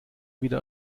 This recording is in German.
wieder